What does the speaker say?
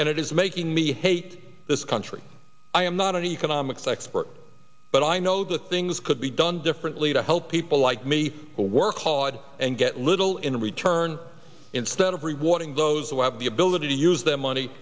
and it is making me hate this country i am not an economics expert but i know the things could be done differently to help people like me to work hard and get little in return instead of rewarding those who have the ability to use their money